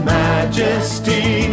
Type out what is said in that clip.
majesty